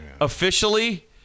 officially